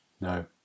No